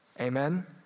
Amen